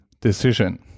decision